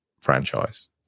franchise